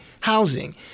housing